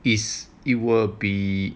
is it will be